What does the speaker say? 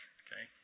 okay